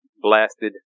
blasted